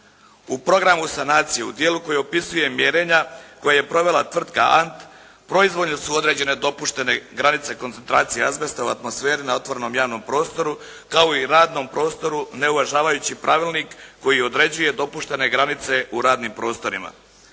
U programu sanacije u dijelu koji opisuje mjerenja koje je provela tvrtka Ant proizvoljno su određene dopuštene granice koncentracija azbesta u atmosferi na otvorenom javnom prostoru kao i radnom prostoru ne uvažavajući pravilnik koji određuje dopuštene granice u radnim prostorima.